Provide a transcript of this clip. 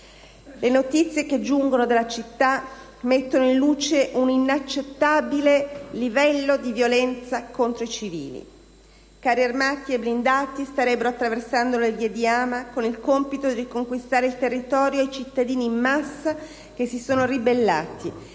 Le notizie che giungono dalla città mettono in luce un inaccettabile livello di violenza contro i civili. Carri armati e blindati starebbero attraversando le vie di Hama con il compito di riconquistare il territorio ai cittadini che in massa si sono ribellati